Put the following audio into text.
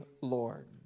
Lord